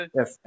yes